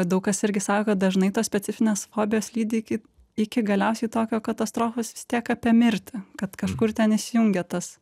daug kas irgi sako kad dažnai tos specifinės fobijos lydi iki iki galiausiai tokio katastrofos vis tiek apie mirtį kad kažkur ten įsijungia tas